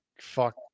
fuck